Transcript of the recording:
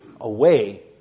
away